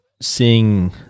seeing